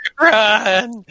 Run